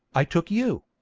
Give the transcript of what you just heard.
i took you.